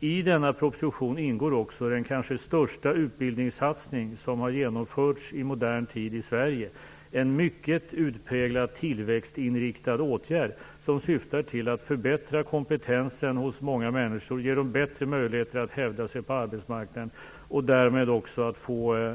I denna proposition ingår också den kanske största utbildningssatsning som har genomförts i modern tid i Sverige. Det är en mycket utpräglat tillväxtinriktad åtgärd, som syftar till att förbättra kompetensen hos många människor, ge dem bättre möjligheter att hävda sig på arbetsmarknaden och därmed också få